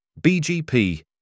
BGP